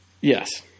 Yes